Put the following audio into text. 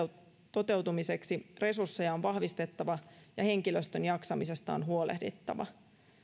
toteutumiseksi resursseja on vahvistettava ja henkilöstön jaksamisesta on huolehdittava